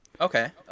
Okay